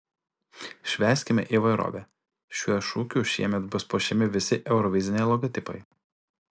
švęskime įvairovę šiuo šūkiu šįmet bus puošiami visi euroviziniai logotipai